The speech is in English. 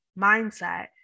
mindset